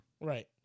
Right